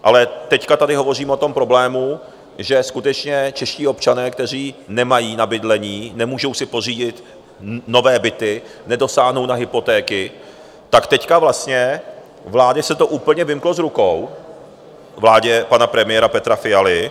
Ale teď tady hovořím o tom problému, že skutečně čeští občané, kteří nemají na bydlení, nemůžou si pořídit nové byty, nedosáhnou na hypotéky, tak teď vlastně vládě se to úplně vymklo z rukou, vládě pana premiéra Petra Fialy.